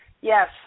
Yes